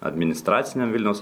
administraciniam vilniaus